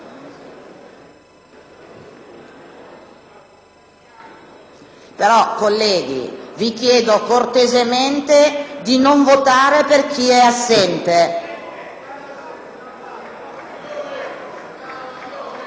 PD)*. Colleghi, vi chiedo cortesemente di non votare per chi è assente.